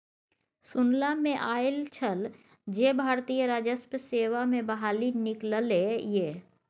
सुनला मे आयल छल जे भारतीय राजस्व सेवा मे बहाली निकललै ये